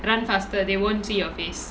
run faster they won't see your face